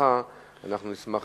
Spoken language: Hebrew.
רצוני